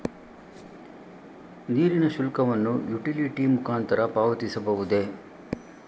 ನೀರಿನ ಶುಲ್ಕವನ್ನು ಯುಟಿಲಿಟಿ ಮುಖಾಂತರ ಪಾವತಿಸಬಹುದೇ?